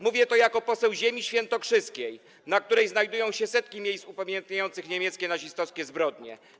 Mówię to jako poseł ziemi świętokrzyskiej, na której znajdują się setki miejsc upamiętniających niemieckie nazistowskie zbrodnie.